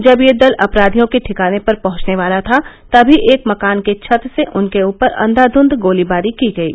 जब यह दल अपराधियों के ठिकाने पर पहंचने वाला था तभी एक मकान के छत से उनके ऊपर अंधाध्व गोलीबारी की गयी